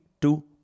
two